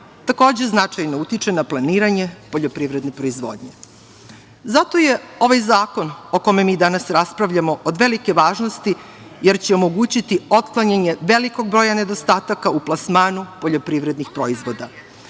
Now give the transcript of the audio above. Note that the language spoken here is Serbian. takođe značajno utiče na planiranje poljoprivredne proizvodnje. Zato je ovaj zakon o kome mi danas raspravljamo od velike važnosti jer će omogućiti otklanjanje velikog broja nedostataka u plasmanu poljoprivrednih